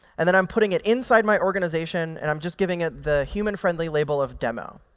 and then i'm putting it inside my organization. and i'm just giving it the human-friendly label of demo.